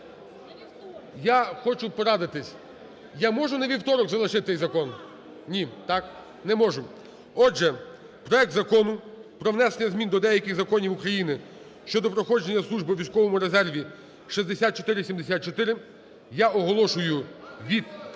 Я хочу порадитись. Я можу на вівторок залишити той закон? Ні, так. Не можу. Отже, проект Закону про внесення змін до деяких законів України щодо проходження служби у військовому резерві (6474) я оголошую відхиленим.